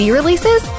releases